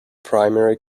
primary